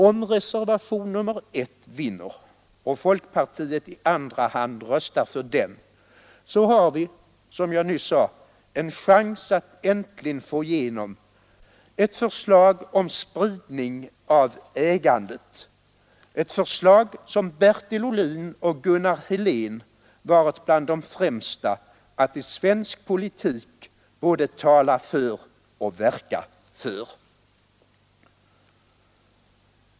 Om reservationen 1 vinner och folkpartiet i andra hand röstar för den, så har vi, som jag nyss sade, en chans att äntligen få igenom ett förslag om spridning av ägandet, ett förslag som Bertil Ohlin och Gunnar Helén varit bland de främsta att i svensk politik både tala och verka för.